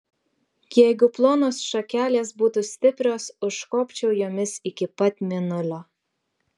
jeigu plonos šakelės būtų stiprios užkopčiau jomis iki pat mėnulio